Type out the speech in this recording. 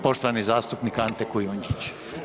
Poštovani zastupnik Ante Kujundžić.